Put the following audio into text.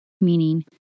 meaning